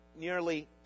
nearly